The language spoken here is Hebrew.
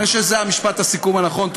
אני חושב שזה משפט הסיכום הנכון.